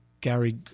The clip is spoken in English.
Gary